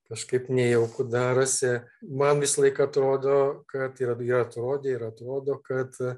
kažkaip nejauku darosi man visąlaik atrodo kad ir ir atrodė ir atrodo kad